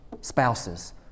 spouses